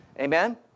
Amen